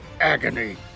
agony